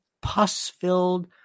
pus-filled